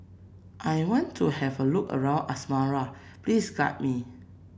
I want to have a look around Asmara please guide me